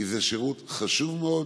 כי זה שירות חשוב מאוד